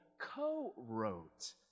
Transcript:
co-wrote